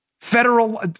federal